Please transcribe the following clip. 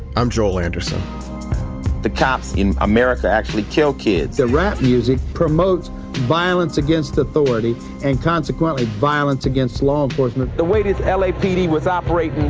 i'm joel anderson the cops in america actually kill kids the rap music promotes violence against authority and consequently violence against law enforcement the way this lapd was operating,